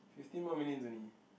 fifteen more minutes only